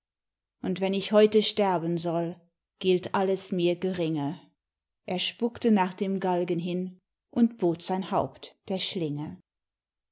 und wenn ich heute sterben soll gilt alles mir geringe er spuckte nach dem galgen hin und bot sein haupt der schlinge